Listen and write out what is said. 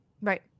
right